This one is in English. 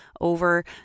over